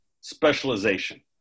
specialization